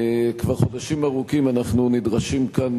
כבר חודשים ארוכים אנחנו נדרשים כאן